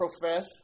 profess